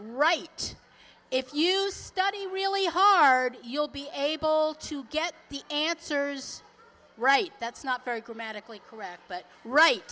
right if you study really hard you'll be able to get the answers right that's not very good magically correct but right